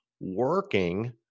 working